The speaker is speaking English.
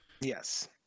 Yes